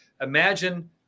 imagine